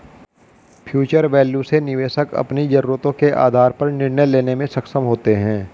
future value से निवेशक अपनी जरूरतों के आधार पर निर्णय लेने में सक्षम होते हैं